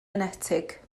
enetig